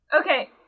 Okay